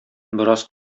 бераз